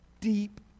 deep